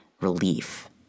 relief